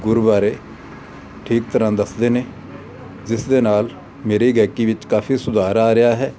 ਗੁਰ ਬਾਰੇ ਠੀਕ ਤਰ੍ਹਾਂ ਦੱਸਦੇ ਨੇ ਜਿਸ ਦੇ ਨਾਲ ਮੇਰੀ ਗਾਇਕੀ ਵਿੱਚ ਕਾਫੀ ਸੁਧਾਰ ਆ ਰਿਹਾ ਹੈ